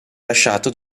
lasciato